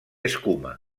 escuma